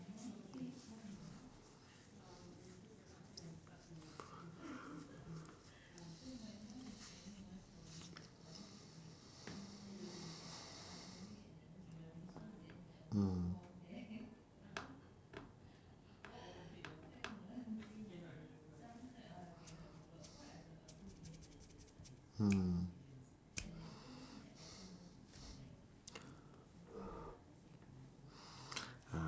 mm mm